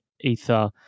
Ether